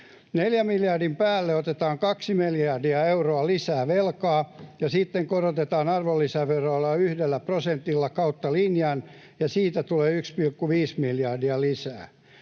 miljardin päälle otetaan kaksi miljardia euroa lisää velkaa, ja sitten korotetaan arvonlisäveroa yhdellä prosentilla kautta linjan, ja siitä tulee 1,5 miljardia lisää.